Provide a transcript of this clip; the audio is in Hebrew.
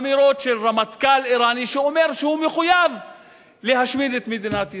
אמירות של רמטכ"ל אירני שאומר שהוא מחויב להשמיד את מדינת ישראל.